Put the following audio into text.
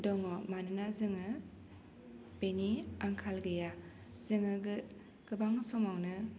दङ मानोना जोङो बेनि आंखाल गैया जोङो गो गोबां समावनो